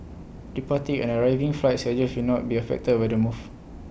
departing and arriving flight schedules will not be affected by the move